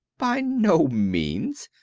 by no means.